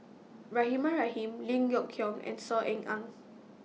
Rahimah Rahim Lim Yok Qiong and Saw Ean Ang